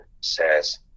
says